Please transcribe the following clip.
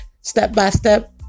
step-by-step